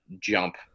jump